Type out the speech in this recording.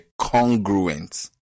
congruent